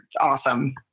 awesome